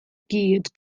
gyd